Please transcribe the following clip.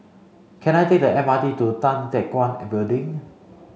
can I take the M R T to Tan Teck Guan Building